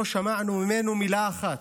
לא שמענו ממנו מילה אחת.